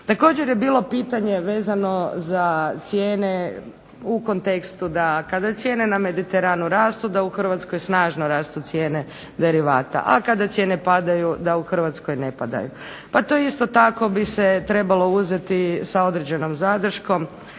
Također je bilo pitanje vezano za cijene u kontekst da kada cijene na Mediteranu rastu da u Hrvatskoj snažno rastu cijene derivata, a kada na Mediteranu padaju da u Hrvatskoj ne padaju. To isto tako bi trebalo uzeti sa određenom zadrškom,